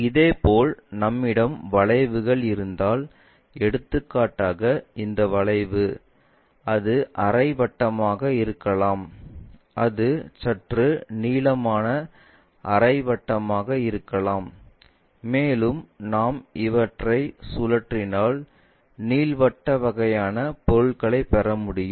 இதேபோல் நம்மிடம் வளைவுகள் இருந்தால் எடுத்துக்காட்டாக இந்த வளைவு அது அரை வட்டமாக இருக்கலாம் அது சற்று நீளமான அரை வட்டமாக இருக்கலாம் மேலும் நாம் இவற்றை சுழற்றினால் நீள்வட்ட வகையான பொருட்களை பெறமுடியும்